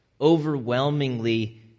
overwhelmingly